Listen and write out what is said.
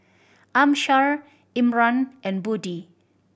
Amsyar Iman and Budi